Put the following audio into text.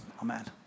Amen